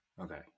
okay